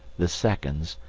the seconds,